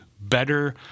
better